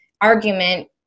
argument